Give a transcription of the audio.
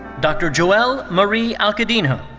dr. joelle marie alcaidinho.